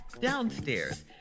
downstairs